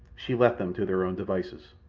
she left them to their own devices.